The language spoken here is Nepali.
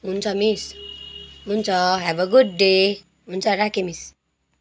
हुन्छ मिस हुन्छ ह्याभ अ गुड डे हुन्छ राखेँ मिस